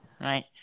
Right